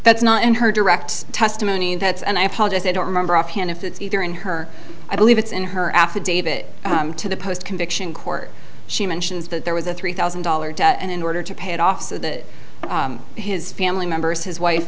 that's not in her direct testimony and that's and i apologize i don't remember offhand if it's either in her i believe it's in her affidavit to the post conviction court she mentions that there was a three thousand dollars debt and in order to pay it off so that his family members his wife